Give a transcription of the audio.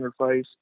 interface